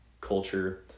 culture